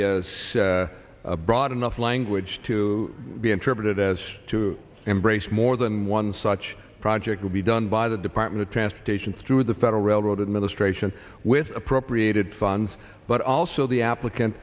is broad enough language to be interpreted as to embrace more than one such project will be done by the department of transportation through the federal railroad administration with appropriated funds but also the applicant